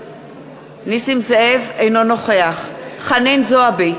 אינו נוכח חנין זועבי,